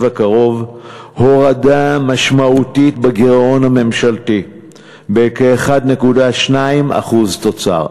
הקרוב הורדה משמעותית בגירעון הממשלתי בכ-1.2% תוצר.